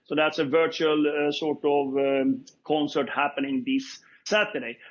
but that's a virtual sort of concert happening this saturday.